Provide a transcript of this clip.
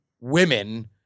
women